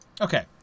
Okay